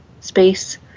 space